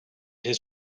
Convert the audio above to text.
his